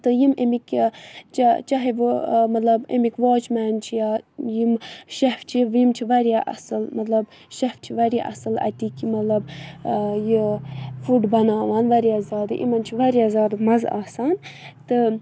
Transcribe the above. تہٕ یِم ایٚمِکۍ یہِ چا چاہے وہ مطلب ایٚمِکۍ واچ مین چھِ یا یِم شٮ۪ف چھِ یِم چھِ واریاہ اَصٕل مطلب شٮ۪ف چھِ واریاہ اَصٕل اَتِکۍ کہِ مطلب یہِ فُڈ بَناوان واریاہ زیادٕ یِمَن چھُ واریاہ زیادٕ مَزٕ آسان تہٕ